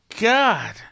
God